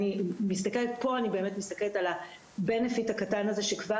פה אני באמת מסתכלת על ה- benefitהקטן הזה שכבר